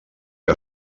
que